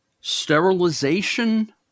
sterilization